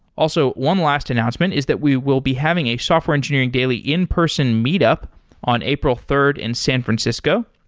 also, one last announcement is that we will be having a software engineering daily in-person meet up on april third in san francisco.